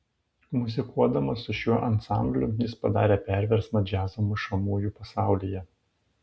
muzikuodamas su šiuo ansambliu jis padarė perversmą džiazo mušamųjų pasaulyje